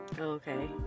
Okay